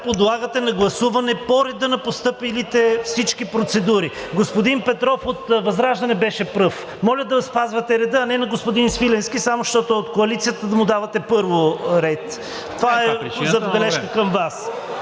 подлагате на гласуване по реда на всички постъпили процедури. Господин Петров от ВЪЗРАЖДАНЕ беше пръв, моля да спазвате реда, а не на господин Свиленски, само защото е от Коалицията, да му давате първо ред. Това е забележка към Вас.